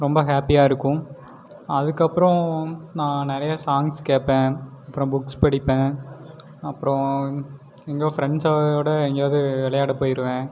ரொம்ப ஹேப்பியாக இருக்கும் அதற்கப்றோம் நான் நிறைய சாங்ஸ் கேட்பேன் அப்புறம் புக்ஸ் படிப்பேன் அப்புறம் எங்கேயோ ஃப்ரெண்ட்ஸோட எங்கேயாவது விளையாட போயிருவேன்